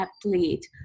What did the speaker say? athlete